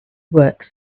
works